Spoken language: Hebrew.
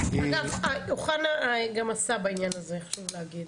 אגב, אוחנה גם עשה בעניין הזה, חשוב להגיד.